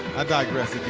i digress